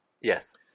Yes